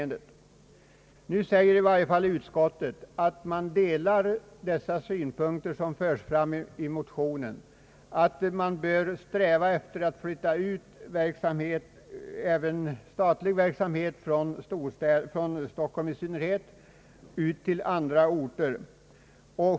Nu säger dock utskottet att det delar de synpunkter som förs fram i motionen och att man bör sträva efter att flytta ut verksamheter — även statliga — från Stockholm till andra orter.